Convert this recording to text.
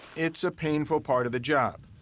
it's a painful part of the job,